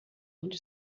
onde